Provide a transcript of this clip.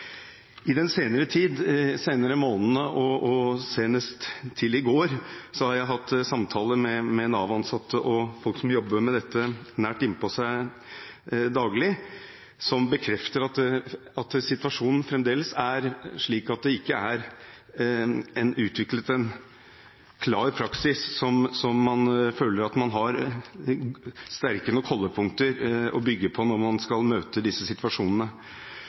I den senere tid – de siste månedene og senest i går– har jeg hatt samtaler med Nav-ansatte og folk som jobber med dette nært innpå seg daglig, som bekrefter at situasjonen fremdeles er slik at det ikke er utviklet en klar praksis der man føler man har sterke nok holdepunkter å bygge på når man skal møte disse situasjonene.